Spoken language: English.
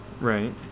right